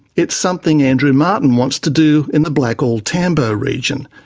it's something andrew martin wants to do in the blackall-tambo region.